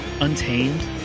untamed